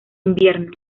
invierno